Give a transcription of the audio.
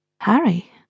Harry